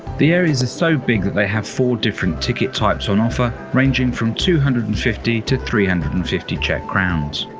the areas are so big that they have four different ticket types on offer ranging from two hundred and fifty to three hundred and fifty czech crowns